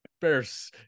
bears